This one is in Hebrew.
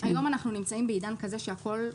היום אנחנו נמצאים בעידן כזה שהכול חשוף.